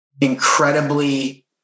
incredibly